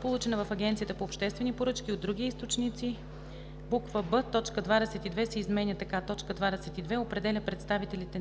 получена в Агенцията по обществени поръчки от други източници;“ б) точка 22 се изменя така: „22. определя представителите